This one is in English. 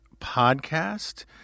podcast